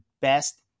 best